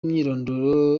imyirondoro